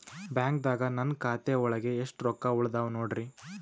ಬ್ಯಾಂಕ್ದಾಗ ನನ್ ಖಾತೆ ಒಳಗೆ ಎಷ್ಟ್ ರೊಕ್ಕ ಉಳದಾವ ನೋಡ್ರಿ?